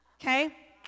Okay